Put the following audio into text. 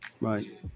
right